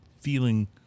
feeling